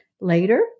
Later